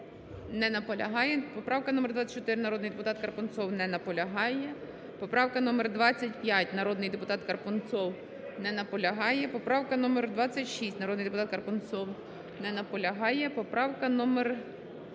не наполягає. Поправка номер 24, народний депутат Карпунцов не наполягає. Поправка номер 25, народний депутат Карпунцов не наполягає. Поправка номер